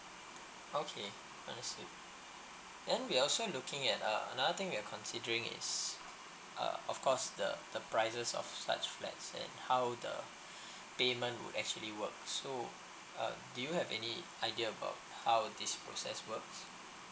okay understood then we also looking at uh another thing we're considering is uh of course the the prices of such let's say how the payment will actually works so uh do you have any idea about how this process works